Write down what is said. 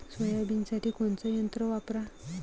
सोयाबीनसाठी कोनचं यंत्र वापरा?